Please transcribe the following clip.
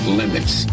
limits